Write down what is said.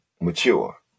mature